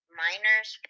minors